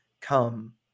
come